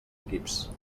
equips